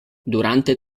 durante